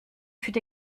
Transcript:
fut